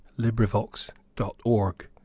librivox.org